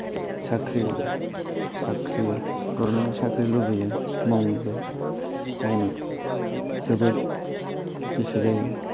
साख्रि साख्रि गभर्नमेन्त नि साख्रि लुबैयो मावोनोबो मावनो जोबोद गोसो जायो